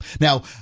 Now